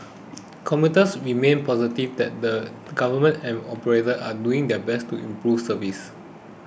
commuters remained positive that the Government and operators are doing their best to improve service